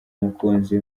umukunzi